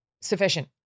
sufficient